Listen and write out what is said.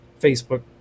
Facebook